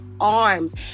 arms